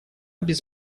без